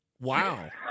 Wow